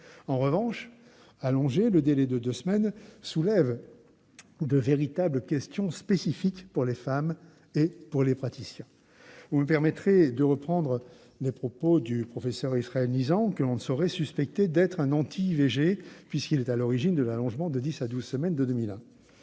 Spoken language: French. En revanche, allonger le délai d'accès à l'IVG de deux semaines soulève de véritables questions spécifiques pour les femmes et pour les praticiens. Vous me permettrez de reprendre les propos du professeur Israël Nisand, que l'on ne saurait suspecter d'être un anti-IVG, puisqu'il est à l'origine de l'allongement du délai de dix